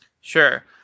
Sure